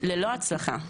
ללא הצלחה.